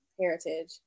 heritage